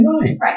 Right